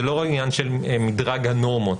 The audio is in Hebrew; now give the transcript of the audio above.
זה לא עניין של מדרג הנורמות,